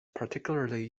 particularly